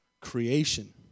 creation